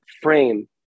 frame